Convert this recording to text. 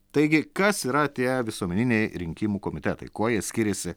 taigi kas yra tie visuomeniniai rinkimų komitetai kuo jie skiriasi